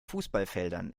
fußballfeldern